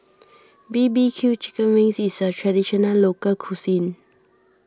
B B Q Chicken Wings is a Traditional Local Cuisine